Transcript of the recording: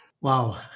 Wow